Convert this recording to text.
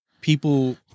people